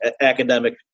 academic